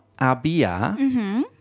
había